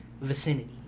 vicinity